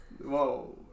Whoa